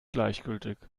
gleichgültig